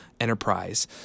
Enterprise